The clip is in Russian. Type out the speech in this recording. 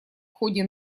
ходе